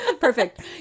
perfect